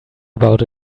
about